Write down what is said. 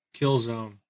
Killzone